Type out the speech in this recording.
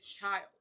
child